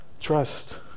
trust